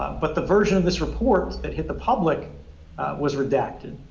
but the version of this report that hit the public was redacted,